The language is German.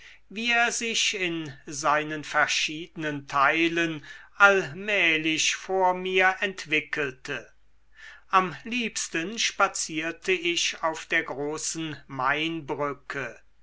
wie er sich in seinen verschiedenen teilen allmählich vor mir entwickelte am liebsten spazierte ich auf der großen mainbrücke